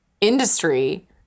industry